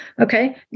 Okay